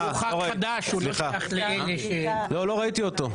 הוא ח"כ חדש --- לא, לא ראיתי אותו.